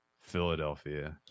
Philadelphia